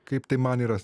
kaip tai man yra